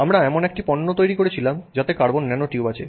আমরা এমন একটি পণ্য তৈরি করছিলাম যাতে কার্বন ন্যানোটিউব আছে